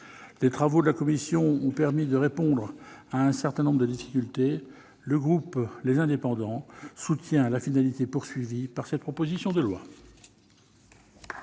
Les travaux de la commission ont permis de répondre à un certain nombre de difficultés. Le groupe Les Indépendants soutient la finalité recherchée par les auteurs de cette proposition de loi.